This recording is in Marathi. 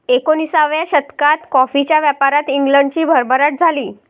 एकोणिसाव्या शतकात कॉफीच्या व्यापारात इंग्लंडची भरभराट झाली